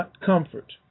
comfort